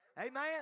Amen